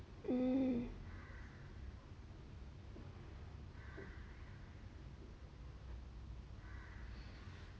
mm